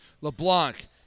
LeBlanc